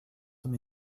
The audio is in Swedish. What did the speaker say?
som